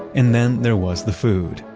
and then there was the food.